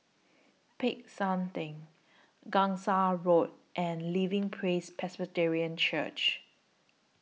Peck San Theng Gangsa Road and Living Praise Presbyterian Church